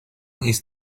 ist